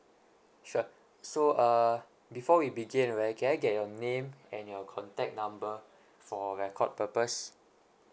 sure so uh before we begin right can I get your name and your contact number for record purpose